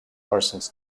parsons